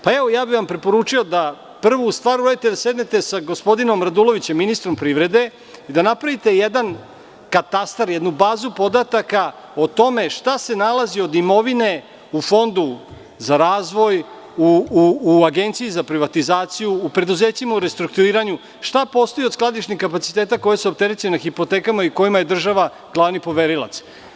Preporučio bih vam da prvo sednete sa gospodinom Radulovićem, ministrom privrede, da napravite jedan katastar, jednu bazu podataka o tome šta se nalazi od imovine u Fondu za razvoj, u Agenciji za privatizaciju, u preduzećima u restrukturiranju, šta postoji od skladišnih kapaciteta koji su opterećeni hipotekama i kojima je država glavni poverilac.